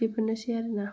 बेफोरनोसै आरो ना